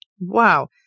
Wow